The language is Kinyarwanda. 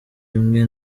imwe